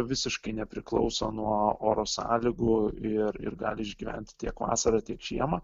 visiškai nepriklauso nuo oro sąlygų ir ir gali išgyventi tiek vasarą tiek žiemą